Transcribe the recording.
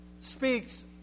speaks